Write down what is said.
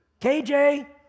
KJ